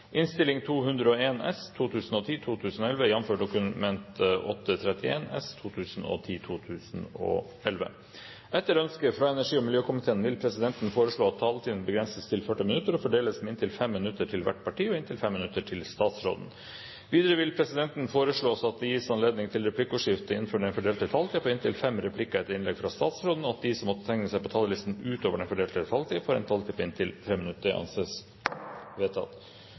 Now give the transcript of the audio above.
fordeles med inntil 5 minutter til hvert parti og inntil 5 minutter til statsråden. Videre vil presidenten foreslå at det gis anledning til replikkordskifte på inntil fem replikker med svar etter innlegget fra statsråden innenfor den fordelte taletiden. Videre blir det foreslått at de som måtte tegne seg på talerlisten utover den fordelte taletid, får en taletid på inntil 3 minutter. – Det anses vedtatt.